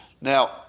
Now